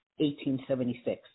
1876